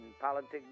politics